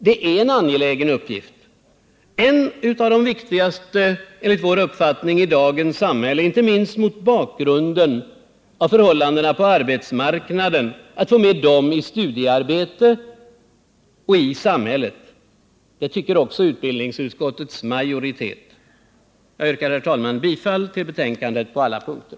Det är en angelägen uppgift — enligt vår uppfattning en av de viktigaste i dagens samhälle, inte minst mot bakgrund av förhållandena på arbetsmarknaden — att få med dem i studiearbete och i samhället. Det tycker också utbildningsutskottets majoritet. Jag yrkar, herr talman, bifall till betänkandets hemställan på alla punkter.